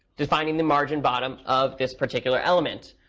defining the margin bottom of this particular element.